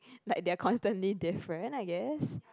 like they are constantly different I guess